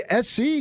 SC